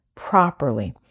Properly